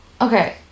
Okay